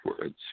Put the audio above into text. words